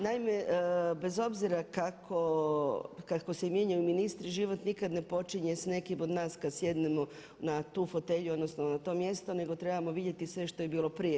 Naime, bez obzira kako se mijenjaju ministri život nikad ne počinje sa nekim od nas kad sjednemo na tu fotelju, odnosno na to mjesto, nego trebamo vidjeti sve što je bilo prije.